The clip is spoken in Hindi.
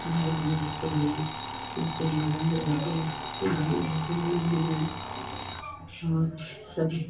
पढ़ाई भी होती है ऊँचे मकान भी देखते हैं और सब हाँ सब